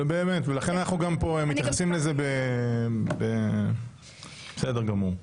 לכן אנחנו מתייחסים לזה פה - זה נכון,